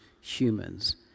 humans